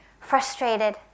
Frustrated